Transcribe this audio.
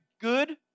good